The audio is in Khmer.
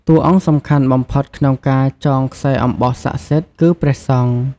តួអង្គសំខាន់បំផុតក្នុងការចងខ្សែអំបោះស័ក្តិសិទ្ធិ គឺព្រះសង្ឃ។